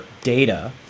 data